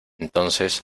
entonces